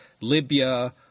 Libya